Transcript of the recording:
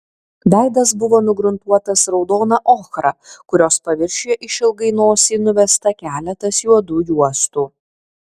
veidas buvo nugruntuotas raudona ochra kurios paviršiuje išilgai nosį nuvesta keletas juodų juostų